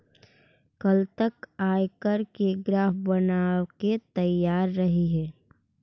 कल तक आयकर के ग्राफ बनाके तैयार रखिहें